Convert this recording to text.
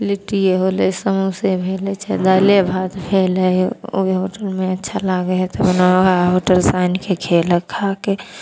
लिट्टिए होलै समोसे भेलै चाहे दाइले भात भेलै ओहि होटलमे अच्छा लागै हइ तब ने वएह होटलसँ आनिके खएलक खाके